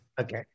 Okay